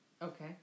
Okay